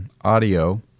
audio